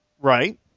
Right